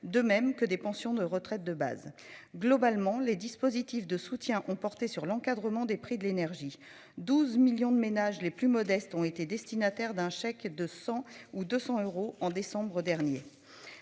de même que des pensions de retraite de base. Globalement, les dispositifs de soutien ont porté sur l'encadrement des prix de l'énergie, 12 millions de ménages les plus modestes ont été destinataire d'un chèque de 100 ou 200 euros en décembre dernier,